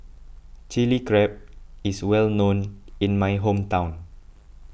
Chili Crab is well known in my hometown